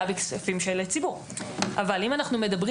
אבל אם אנחנו מדברים על קיזוז רוחבי של